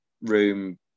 room